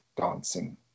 dancing